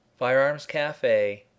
firearmscafe